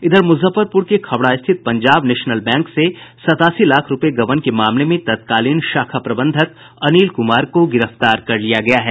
इधर मुजफ्फरपुर के खबड़ा स्थित पंजाब नेशनल बैंक से सत्तासी लाख रूपये गबन के मामले में तत्कालीन शाखा प्रबंधक अनिल कुमार को गिरफ्तार कर लिया गया है